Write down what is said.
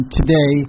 today